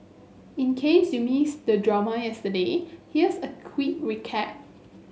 in case you missed the drama yesterday here's a quick recap